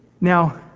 now